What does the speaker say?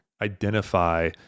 identify